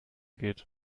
geht